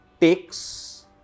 takes